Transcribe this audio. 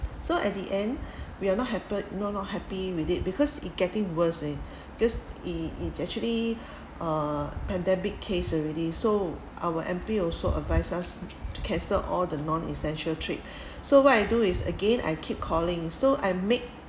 so at the end we are not happen not not happy with it because it getting worse eh because it it actually uh pandemic case already so our M_P also advise us to cancel all the non-essential trip so what I do is again I keep calling so I make